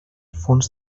fons